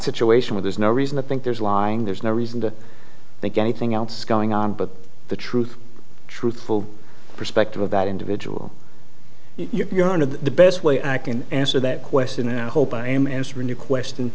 situation where there's no reason to think there's lying there's no reason to think anything else going on but the truth truthful perspective of that individual you're one of the best way i can answer that question and i hope i am answering your question